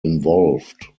involved